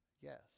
yes